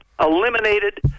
eliminated